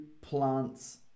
plants